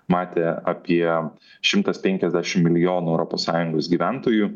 matę apie šimtas penkiasdešim milijonų europos sąjungos gyventojų